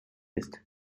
ist